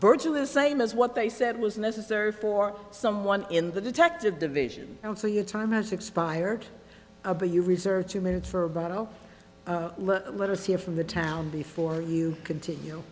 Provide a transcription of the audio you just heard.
virtually the same as what they said was necessary for someone in the detective division and so your time has expired but you reserve to minutes for about oh let us hear from the town before you continue